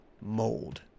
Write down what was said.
mold